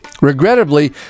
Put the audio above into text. Regrettably